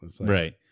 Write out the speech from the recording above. Right